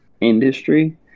industry